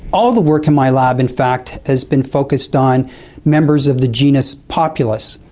all the work in my lab in fact has been focused on members of the genius populus.